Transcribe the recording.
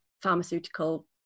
pharmaceutical